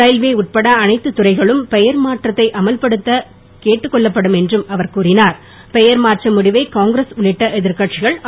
railway உட்பட அனைத்து துறைகளும் பெயர் மாற்றத்தை அமல்படுத்த கேட்டுக் கொள்ளப்படும் என்று அவர் பெயர் மாற்ற முடிவை காங்கிரஸ் உள்ளிட்ட எதிர்கட்சிகள் கூறினார்